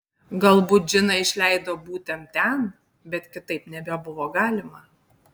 galbūt džiną išleido būtent ten bet kitaip nebebuvo galima